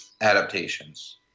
adaptations